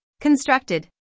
constructed